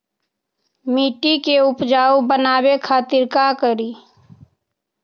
मिट्टी के उपजाऊ बनावे खातिर का करी?